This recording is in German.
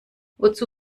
wozu